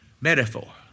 metaphor